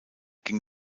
ging